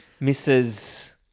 Mrs